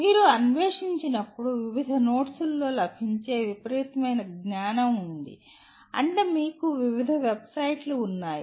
మీరు అన్వేషించినప్పుడు వివిధ నోట్స్లో లభించే విపరీతమైన జ్ఞానం ఉంది అంటే మీకు వివిధ వెబ్సైట్లు ఉంటాయి